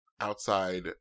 outside